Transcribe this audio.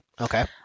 Okay